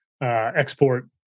export